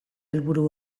helburu